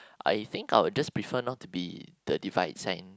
I think I would just prefer not to be the divide sign